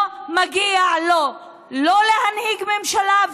לא מגיע לו להנהיג ממשלה,